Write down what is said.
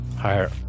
higher